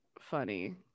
funny